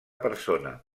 persona